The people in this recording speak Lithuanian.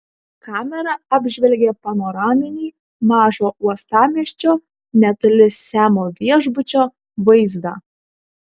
kamera apžvelgė panoraminį mažo uostamiesčio netoli semo viešbučio vaizdą